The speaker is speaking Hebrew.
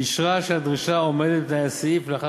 אישרה שהדרישה עומדת בתנאי הסעיף ולאחר